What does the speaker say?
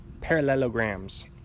parallelograms